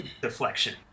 deflection